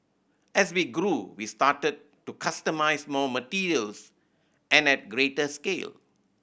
as we grew we started to customise more materials and at greater scale